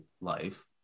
life